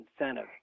incentive